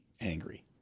angry